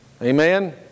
Amen